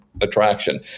attraction